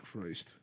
Christ